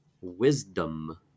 wisdom